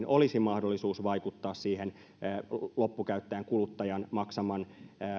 olisi mahdollisuus vaikuttaa loppukäyttäjän kuluttajan maksaman